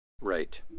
Right